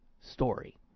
story